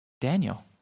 Daniel